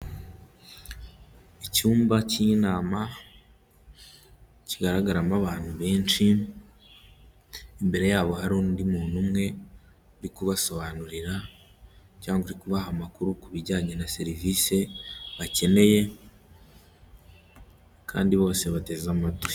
Icyumba cy'inama kigaragaramo abantu benshi imbere yabo hari undi muntu umwe uri kubasobanurira cyangwa uri kubaha amakuru ku bijyanye na serivisi bakeneye kandi bose bateze amatwi.